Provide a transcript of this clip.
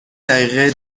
دقیقه